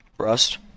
Rust